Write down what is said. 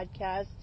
podcast